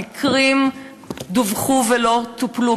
המקרים דווחו ולא טופלו.